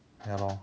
ya lor